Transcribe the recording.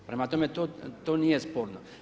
Prema tome to nije sporno.